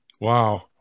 Wow